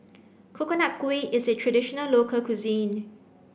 coconut kuih is a traditional local cuisine